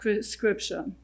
scripture